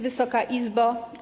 Wysoka Izbo!